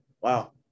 wow